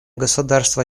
государства